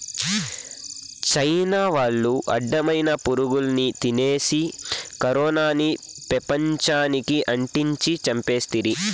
China వాళ్లు అడ్డమైన పురుగుల్ని తినేసి కరోనాని పెపంచానికి అంటించి చంపేస్తిరి